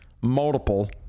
multiple